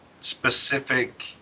specific